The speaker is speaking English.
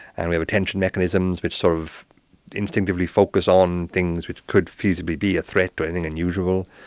and we have attention mechanisms which sort of instinctively focus on things which could feasibly be a threat or anything unusual.